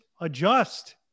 adjust